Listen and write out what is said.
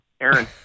Aaron